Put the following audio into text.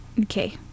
Okay